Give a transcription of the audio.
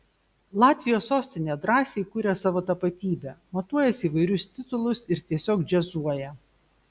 latvijos sostinė drąsiai kuria savo tapatybę matuojasi įvairius titulus ir tiesiog džiazuoja